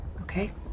Okay